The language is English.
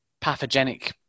pathogenic